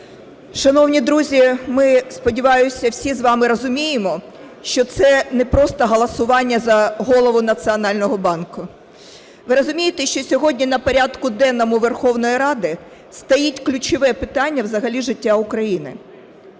Шановні друзі, ми, сподіваюся, всі з вами розуміємо, що це не просто голосування за Голову Національного банку, ви розумієте, що сьогодні на порядку денному Верховної Ради стоїть ключове питання взагалі життя України.